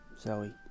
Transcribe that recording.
Zoe